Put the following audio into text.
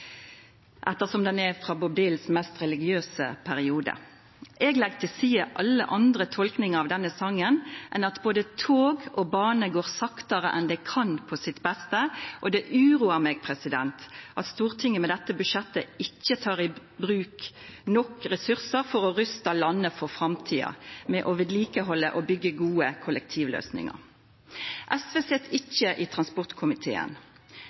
ettersom han er frå Bob Dylans mest religiøse periode. Eg legg til side alle andre tolkningar av denne songen enn at både tog og bane går saktare enn det dei kan på sitt beste, og det uroar meg at Stortinget med dette budsjettet ikkje tek i bruk nok ressursar for å rusta landet for framtida ved å vedlikehalda og byggja gode kollektivløysingar. SV sit ikkje i transportkomiteen,